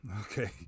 okay